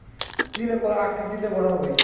কি দিলে কলা আকৃতিতে বড় হবে?